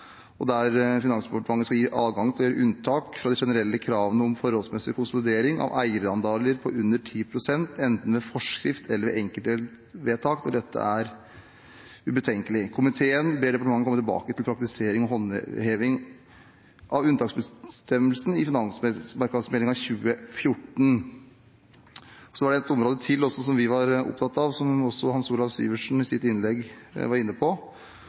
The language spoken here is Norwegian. Finansdepartementet «bør gis adgang til å gjøre unntak fra de generelle kravene om forholdsmessig konsolidering av eierandeler på under 10 pst., enten ved forskrift eller ved enkeltvedtak, når dette er ubetenkelig. Komiteen ber departementet komme tilbake til praktisering og håndheving av unntaksbestemmelsen i Finansmarknadsmeldinga 2014.» Så var det et område til som vi var opptatt av, og som også Hans Olav Syversen var inne på i sitt innlegg.